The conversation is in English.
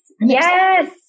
yes